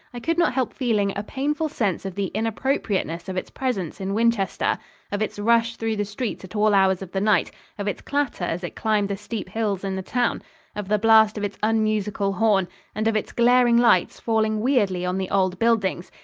i could not help feeling a painful sense of the inappropriateness of its presence in winchester of its rush through the streets at all hours of the night of its clatter as it climbed the steep hills in the town of the blast of its unmusical horn and of its glaring lights, falling weirdly on the old buildings.